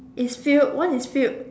it's spilled one is spilled